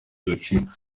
agaciro